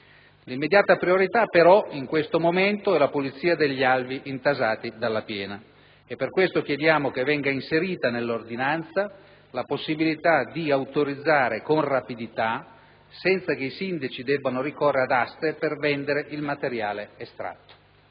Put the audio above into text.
L'immediata priorità, però, in questo momento, è la pulizia degli alvei intasati dalla piena e per questo chiediamo che venga inserita nell'ordinanza la possibilità di autorizzare rapidamente, senza che i sindaci debbano ricorrere ad aste, la vendita del materiale estratto,